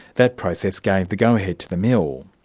that process gave the go-ahead to the mill.